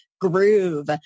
groove